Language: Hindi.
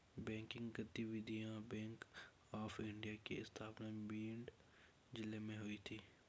बैंकिंग गतिविधियां बैंक ऑफ इंडिया की स्थापना भिंड जिले में हुई थी